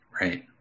Right